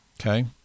okay